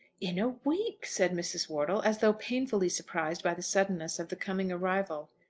in a week! said mrs. wortle, as though painfully surprised by the suddenness of the coming arrival.